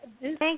Thank